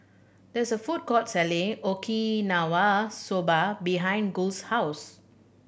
there is a food court selling Okinawa Soba behind Gus' house